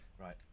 Right